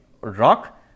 rock